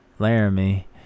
Laramie